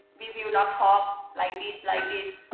we we will not talk like this, like this.